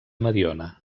mediona